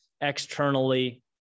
externally